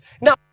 Now